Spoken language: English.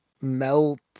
melt